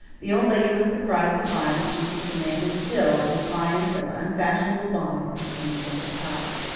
the old lady was surprised to find that she could command it still, in defiance of unfashionable bonnet and ancient attire.